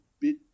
bit